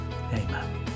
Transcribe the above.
Amen